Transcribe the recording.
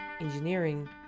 engineering